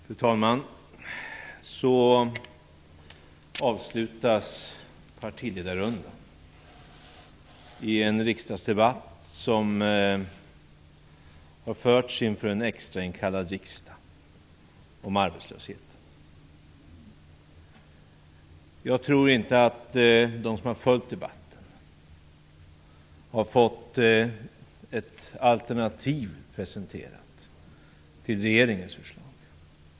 Fru talman! Så avslutas partiledarrundan i en riksdagsdebatt om arbetslösheten som har förts i en extrainkallad riksdag. Jag tror inte att de som har följt debatten har fått något alternativ presenterat till regeringens förslag.